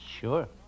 Sure